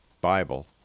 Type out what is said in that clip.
Bible